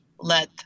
let